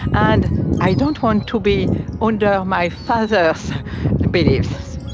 and i don't want to be under my father's beliefs.